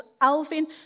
Alvin